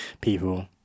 people